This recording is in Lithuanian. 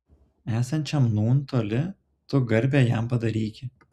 esančiam nūn toli tu garbę jam padaryki